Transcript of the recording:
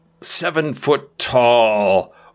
seven-foot-tall